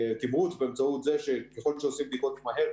תמרוץ באמצעות זה שככל שעושים בדיקות מהר,